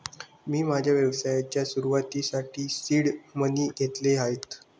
मी माझ्या व्यवसायाच्या सुरुवातीसाठी सीड मनी घेतले आहेत